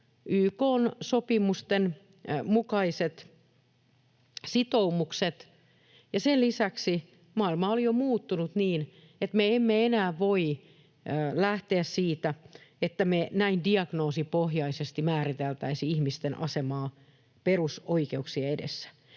YK:n sopimusten mukaiset sitoumukset, ja sen lisäksi maailma oli jo muuttunut niin, että me emme enää voi lähteä siitä, että me näin diagnoosipohjaisesti määriteltäisiin ihmisten asemaa perusoikeuksien edessä.